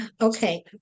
Okay